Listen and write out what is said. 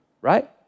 Right